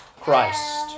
Christ